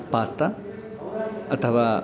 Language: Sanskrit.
पास्ता अथवा